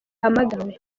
ahamagawe